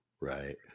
Right